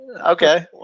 Okay